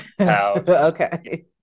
Okay